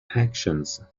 actions